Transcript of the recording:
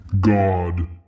God